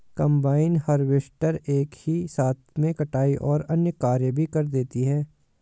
combine harvester एक ही साथ में कटाई और अन्य कार्य भी कर देती है